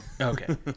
okay